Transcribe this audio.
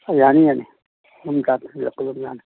ꯌꯥꯅꯤ ꯌꯥꯅꯤ ꯁꯨꯝꯀꯥꯟ ꯊꯤꯜꯂꯛꯄ ꯑꯗꯨꯝ ꯌꯥꯅꯤ